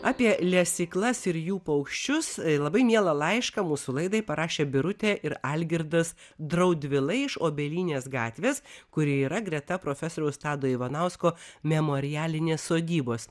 apie lesyklas ir jų paukščius labai mielą laišką mūsų laidai parašė birutė ir algirdas draudvilai iš obelynės gatvės kuri yra greta profesoriaus tado ivanausko memorialinės sodybos